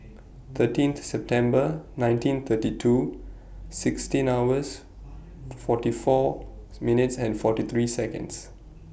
thirteen September nineteen thirty two sixteen hours forty Fourth minutes and forty three Seconds